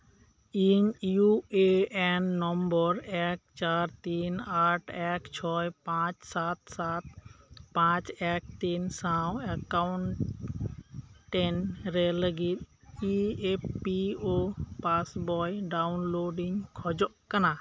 ᱤᱧ U A N number ᱮᱠ ᱪᱟᱨ ᱛᱤᱱ ᱟᱴ ᱮᱠ ᱪᱷᱚᱭ ᱯᱟᱸᱪ ᱥᱟᱛ ᱥᱟᱛ ᱯᱟᱸᱪ ᱮᱠ ᱛᱤᱱ ᱥᱟᱶ ᱮᱠᱟᱩᱱᱴᱴᱮᱱ ᱨᱮ ᱞᱟᱹᱜᱤᱫ E F P O passbook download ᱤᱧ ᱠᱷᱚᱡᱚᱜ ᱠᱟᱱᱟ